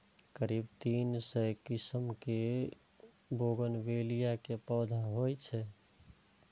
करीब तीन सय किस्मक बोगनवेलिया के पौधा होइ छै